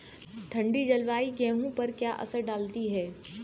ठंडी जलवायु गेहूँ पर क्या असर डालती है?